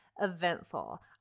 eventful